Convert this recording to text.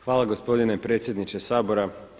Hvala gospodine predsjedniče Sabora.